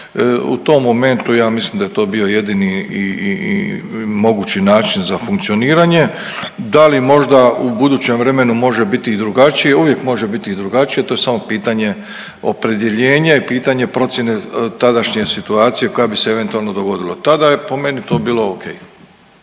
U tom momentu ja mislim da je to bio jedini i mogući način za funkcioniranje. Da li možda u budućem vremenu može biti i drugačije, uvijek može biti i drugačije to je samo pitanje opredjeljenje i pitanje procjene tadašnje situacije koja bi se eventualno dogodila. Tada je po meni to bilo ok.